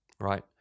right